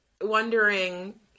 wondering